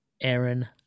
Aaron